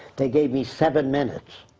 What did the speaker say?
they gave me seven minutes.